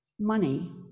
Money